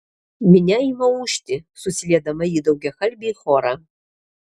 minia ima ūžti susiliedama į daugiakalbį chorą